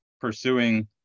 pursuing